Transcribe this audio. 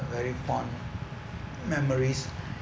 very fond memories